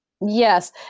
Yes